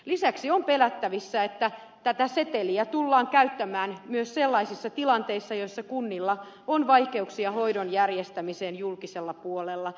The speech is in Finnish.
lisäksi on pelättävissä että tätä seteliä tullaan käyttämään myös sellaisissa tilanteissa joissa kunnilla on vaikeuksia hoidon järjestämiseen julkisella puolella